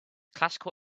classical